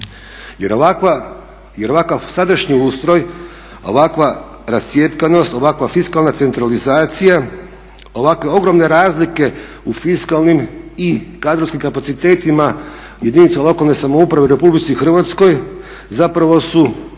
Jer ovakav sadašnji ustroj, ovakva rascjepkanost, ovakva fiskalna centralizacija, ovakve ogromne razlike u fiskalnim i kadrovskim kapacitetima jedinica lokalne samouprave u RH zapravo su